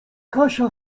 kasia